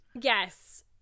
Yes